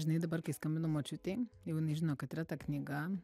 žinai dabar kai skambinu močiutei jinai žino kad yra ta knyga